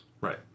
right